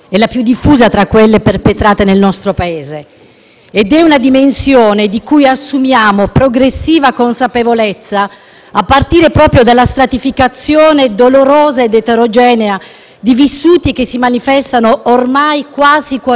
di una dimensione di cui assumiamo progressiva consapevolezza a partire proprio dalla stratificazione dolorosa ed eterogenea di vissuti che si manifestano ormai quasi quotidianamente in tutta la loro efferatezza.